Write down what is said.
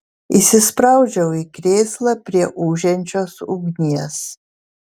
įsispraudžiau į krėslą prie ūžiančios ugnies